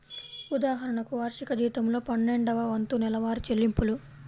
ఉదాహరణకు, వార్షిక జీతంలో పన్నెండవ వంతు నెలవారీ చెల్లింపులు